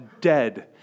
dead